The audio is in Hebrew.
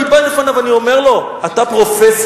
אני בא לפניו, אני אומר לו: אתה פרופסור.